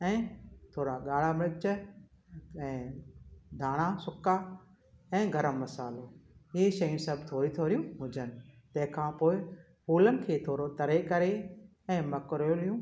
ऐं थोरा गाढ़ा मिर्चु ऐं धाणा सुका ऐं गरमु मसालो इहे शयूं सभु थोरियूं थोरियूं हुजनि तंहिं खां पोइ फुलनि खे थोरो तरे करे ऐं मक्रोलियूं